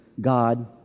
God